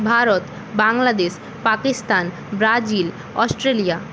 Bharat Bangladesh Pakistan Brazil Australia